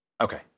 okay